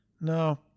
no